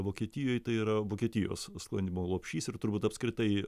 vokietijoj tai yra vokietijos sklandymo lopšys ir turbūt apskritai